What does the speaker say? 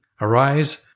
Arise